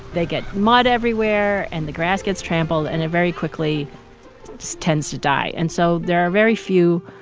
they get mud everywhere, and the grass gets trampled, and it very quickly tends to die. and so there are very few